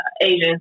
Asian